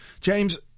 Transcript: James